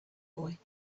boy